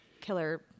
killer